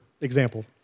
example